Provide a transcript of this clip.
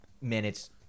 minutes